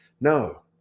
No